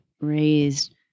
raised